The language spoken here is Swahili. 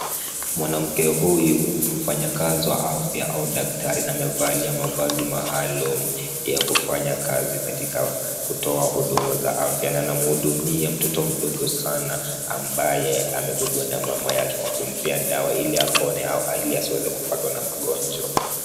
Mwanamke huyu ni mfanyakazi wa afya au daktari na amevalia mavazi maalum ya kufanya kazi katika kutoa huduma za afya na anamhudumia mtoto mdogo sana ambaye amebebwa na mama yake kwa kumpea dawa ili apone au ili asiweze kupatwa na magonjwa.